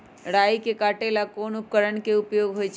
राई के काटे ला कोंन उपकरण के उपयोग होइ छई?